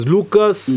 Lucas